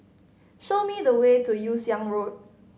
show me the way to Yew Siang Road